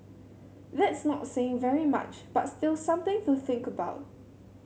that's not saying very much but still something to think about